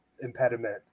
impediment